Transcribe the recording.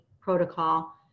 protocol